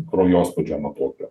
kraujospūdžio matuoklio